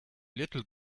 little